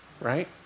right